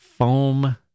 Foam